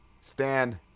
Stand